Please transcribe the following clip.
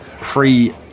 pre